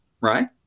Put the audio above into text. right